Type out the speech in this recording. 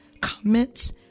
comments